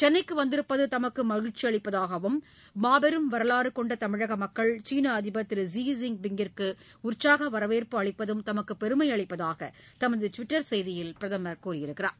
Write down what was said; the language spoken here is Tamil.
சென்னைக்குவந்திருப்பதுதமக்குமகிழ்ச்சிஅளிப்பதாகவும் மாபெரும் வரவாறுகொண்டதமிழகமக்கள் சீளஅதிபர் திரு லீ ஜின்பிங்கிற்குஉற்சாகவரவேற்பு அளிப்பதும் தமக்குபெரும்அளிப்பதாகதமதுடுவிட்டர் செய்தியில் பிரதமர் தெரிவித்துள்ளார்